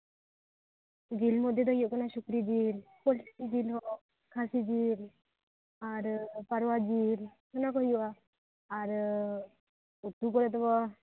ᱥᱩᱠᱨᱤ ᱡᱤᱞ ᱯᱳᱞᱴᱨᱤ ᱡᱤᱞ ᱦᱚᱸ ᱠᱷᱟᱹᱥᱤ ᱡᱤᱞ ᱟᱨ ᱯᱟᱨᱣᱟ ᱡᱤᱞ ᱚᱱᱟ ᱠᱚ ᱦᱩᱭᱩᱜᱼᱟ ᱟᱨ ᱩᱛᱩ ᱠᱚᱨᱮ ᱫᱚ ᱡᱚᱛᱚ ᱦᱚᱲ ᱢᱟ